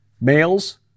males